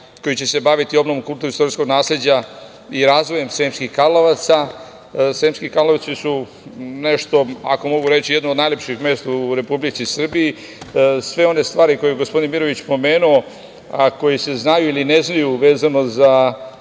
koji će se baviti obnovom kulturno-istorijskog nasleđa i razvojem Sremskih Karlovaca. Sremski Karlovci su, ako mogu reći, jedno od najlepših mesta u Republici Srbiji. Sve one stvari koje je gospodin Mirović pomenuo, a koje se znaju ili ne znaju, vezano za